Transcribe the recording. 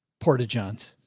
porta johns.